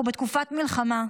אנחנו בתקופת מלחמה.